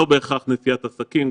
לא בהכרח נסיעת עסקים,